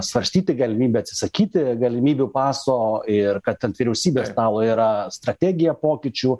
svarstyti galimybę atsisakyti galimybių paso ir kad ant vyriausybės stalo yra strategija pokyčių